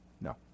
No